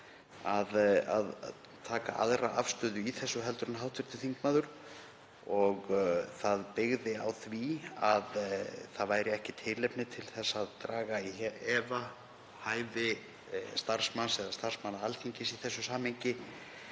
að taka aðra afstöðu í þessu heldur en hv. þingmaður. Það byggði á því að það væri ekki tilefni til þess að draga í efa hæfi starfsmanns eða starfsmanna Alþingis í þessu samhengi